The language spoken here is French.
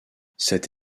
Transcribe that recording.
cette